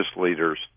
leaders